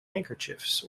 handkerchiefs